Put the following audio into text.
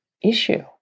issue